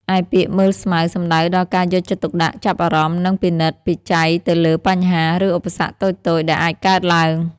ឯពាក្យ មើលស្មៅ សំដៅដល់ការយកចិត្តទុកដាក់ ចាប់អារម្មណ៍ និងពិនិត្យពិច័យទៅលើ បញ្ហា ឬឧបសគ្គតូចៗ ដែលអាចកើតឡើង។